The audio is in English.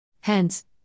Hence